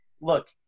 look